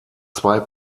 zwei